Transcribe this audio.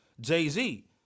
jay-z